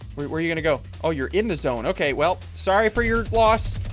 where you gonna go? oh, you're in the zone? okay. well, sorry for your loss